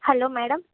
hello madam